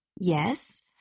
Yes